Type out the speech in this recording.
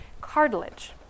cartilage